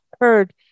heard